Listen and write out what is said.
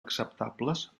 acceptables